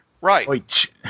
Right